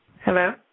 Hello